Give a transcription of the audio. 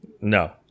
No